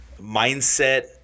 mindset